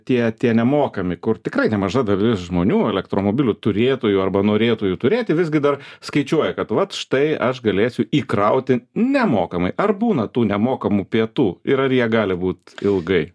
tie tie nemokami kur tikrai nemaža dalis žmonių elektromobilių turėtojų arba norėtojų turėti visgi dar skaičiuoja kad vat štai aš galėsiu įkrauti nemokamai ar būna tų nemokamų pietų ir ar jie gali būt ilgai